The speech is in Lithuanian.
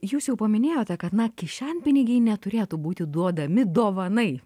jūs jau paminėjote kad na kišenpinigiai neturėtų būti duodami dovanai